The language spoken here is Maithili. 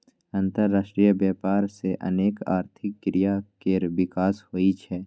अंतरराष्ट्रीय व्यापार सं अनेक आर्थिक क्रिया केर विकास होइ छै